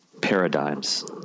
paradigms